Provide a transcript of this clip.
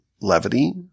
levity